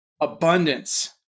abundance